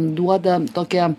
duoda tokią